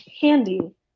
handy